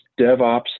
DevOps